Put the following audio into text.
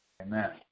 Amen